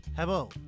Hello